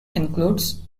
includes